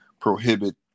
prohibit